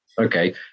okay